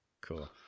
Cool